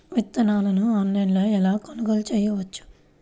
విత్తనాలను ఆన్లైనులో ఎలా కొనుగోలు చేయవచ్చు?